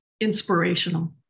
inspirational